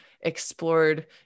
explored